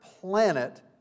planet